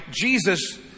Jesus